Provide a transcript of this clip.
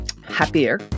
happier